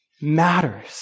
matters